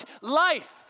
life